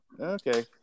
Okay